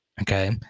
Okay